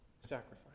sacrifice